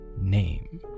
name